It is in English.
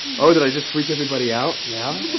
oh, did i just freak everybody out? yeah.